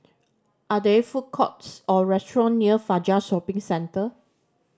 are there food courts or restaurant near Fajar Shopping Centre